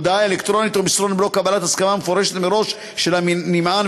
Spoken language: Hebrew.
הודעה אלקטרונית או מסרון בלא קבלת הסכמה מפורשת מראש של הנמען,